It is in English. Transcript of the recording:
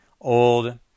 old